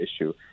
issue